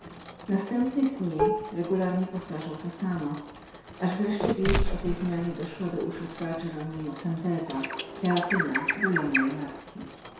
następnych dni regularnie powtarzał to samo aż wreszcie wieść o tej zmianie doszła do uszu fra heronimo santez teatyna i wuja mojej matki